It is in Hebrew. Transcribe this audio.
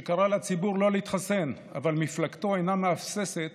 שקרא לציבור לא להתחסן, אבל מפלגתו אינה מהססת